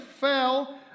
fell